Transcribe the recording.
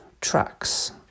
tracks